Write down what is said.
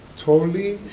totally,